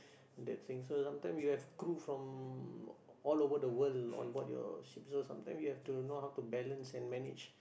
the thing so sometime you have crew from all over the world on board your ship so sometime you have to know how to balance and manage